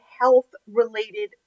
health-related